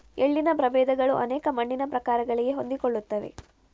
ಎಳ್ಳಿನ ಪ್ರಭೇದಗಳು ಅನೇಕ ಮಣ್ಣಿನ ಪ್ರಕಾರಗಳಿಗೆ ಹೊಂದಿಕೊಳ್ಳುತ್ತವೆ